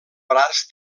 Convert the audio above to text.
braç